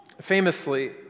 Famously